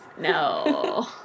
No